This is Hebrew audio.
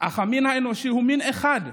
אך המין האנושי הוא מין אחד,